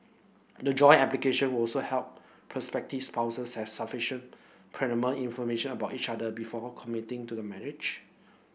the joint application will also help prospective spouses have sufficient pertinent information about each other before committing to the marriage